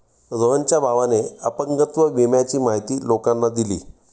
रोहनच्या भावाने अपंगत्व विम्याची माहिती लोकांना दिली